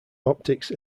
optics